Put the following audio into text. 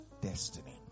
destiny